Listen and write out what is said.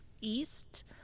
east